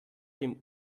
dem